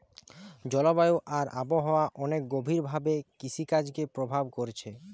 জলবায়ু আর আবহাওয়া অনেক গভীর ভাবে কৃষিকাজকে প্রভাব কোরছে